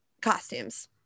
costumes